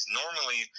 normally